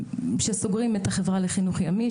שסוגרים את החברה לחינוך ימי,